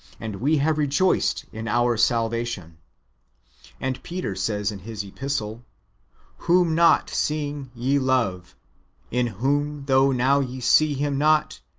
and we have rejoiced in our salvation and peter says in his epistle whom, not seeing, ye love in whom, though now ye see him not,